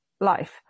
life